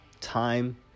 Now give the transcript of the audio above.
time